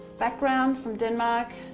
background from denmark.